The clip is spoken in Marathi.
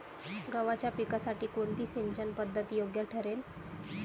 गव्हाच्या पिकासाठी कोणती सिंचन पद्धत योग्य ठरेल?